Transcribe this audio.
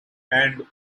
and